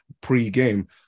pre-game